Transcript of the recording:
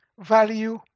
Value